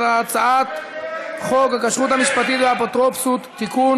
הצעת חוק הכשרות המשפטית והאפוטרופסות (תיקון,